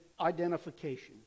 identification